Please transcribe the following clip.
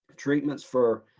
treatments for,